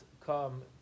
come